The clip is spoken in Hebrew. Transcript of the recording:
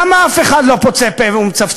למה אף אחד לא פוצה פה ומצפצף?